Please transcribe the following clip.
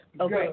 Okay